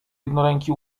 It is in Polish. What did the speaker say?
jednoręki